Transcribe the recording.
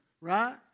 Right